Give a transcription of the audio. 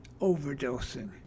overdosing